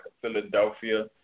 Philadelphia